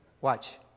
Watch